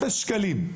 אפס שקלים,